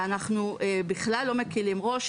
ואנחנו בכלל לא מקלים ראש.